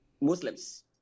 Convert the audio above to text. Muslims